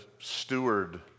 steward